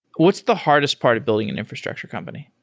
what's the hardest part of building an infrastructure company?